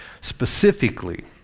specifically